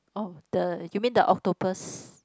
oh the you mean the octopus